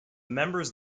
members